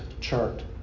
chart